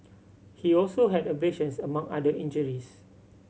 he also had abrasions among other injuries